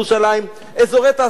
אזורי תעשייה רציניים.